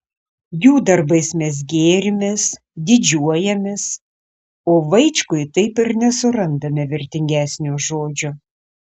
jų darbais mes gėrimės didžiuojamės o vaičkui taip ir nesurandame vertingesnio žodžio